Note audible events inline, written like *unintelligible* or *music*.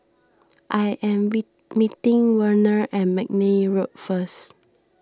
I am *unintelligible* meeting Werner at McNair Road first